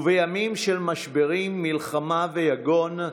ובימים של משברים, מלחמה ויגון,